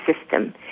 system